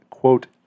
Quote